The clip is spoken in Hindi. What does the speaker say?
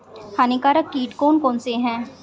हानिकारक कीट कौन कौन से हैं?